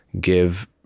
give